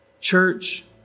Church